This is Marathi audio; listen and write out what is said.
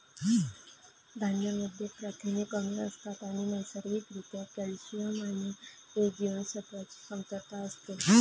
धान्यांमध्ये प्रथिने कमी असतात आणि नैसर्गिक रित्या कॅल्शियम आणि अ जीवनसत्वाची कमतरता असते